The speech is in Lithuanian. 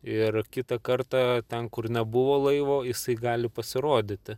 ir kitą kartą ten kur nebuvo laivo jisai gali pasirodyti